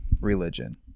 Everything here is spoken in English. religion